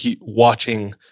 watching